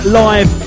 live